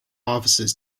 offices